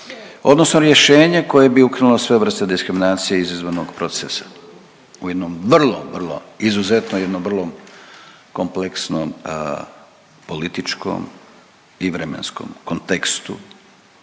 odnosno rješenje koje bi ukinulo sve vrste diskriminacije izazvanog procesa u jednom vrlo, vrlo izuzetno jednom vrlo kompleksnom političkom i vremenskom kontekstu